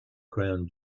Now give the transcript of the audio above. crown